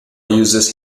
uses